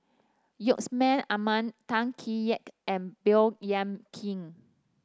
Yusman Aman Tan Kee Sek and Baey Yam Keng